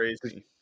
crazy